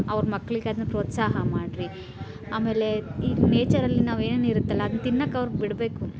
ಅವ್ರ ಮಕ್ಳಿಗೆ ಅದನ್ನ ಪ್ರೋತ್ಸಾಹ ಮಾಡಿರಿ ಅಮೇಲೆ ಈ ನೇಚರಲ್ಲಿ ನಾವು ಏನೇನು ಇರುತ್ತಲ್ಲ ಅದನ್ನ ತಿನ್ನೋಕೆ ಅವ್ರಿಗೆ ಬಿಡಬೇಕು